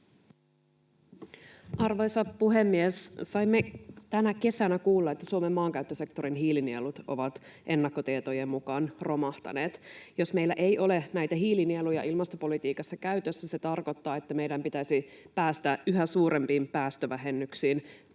Arvoisa puhemies! Saimme tänä kesänä kuulla, että Suomen maankäyttösektorin hiilinielut ovat ennakkotietojen mukaan romahtaneet. Jos meillä ei ole näitä hiilinieluja ilmastopolitiikassa käytössä, se tarkoittaa, että meidän pitäisi päästä yhä suurempiin päästövähennyksiin